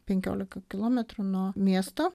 penkiolika kilometrų nuo miesto